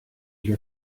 your